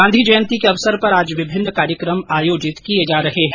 गांधी जयंती के अवसर पर आज विभिन्न कार्यक्रम आयोजित किए जा रहे हैं